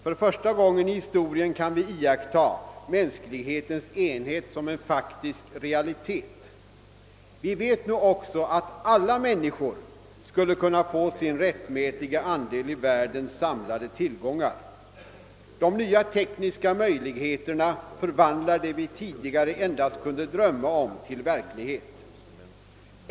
För första gången i historien kan vi iaktta mänsklighetens enhet som en faktisk realitet. Vi vet nu också att alla människor skulle kunna få sin rättmätiga andel i världens samlade tillgångar. De nya tekniska möjligheterna förvandlar det vi tidigare endast kunde drömma om till verklighet.